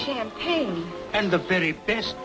champagne and the very best